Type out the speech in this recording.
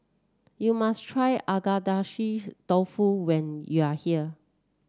you must try Agedashi Dofu when you are here